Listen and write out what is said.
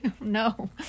No